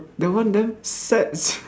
that one damn sad sia